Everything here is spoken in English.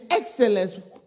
excellence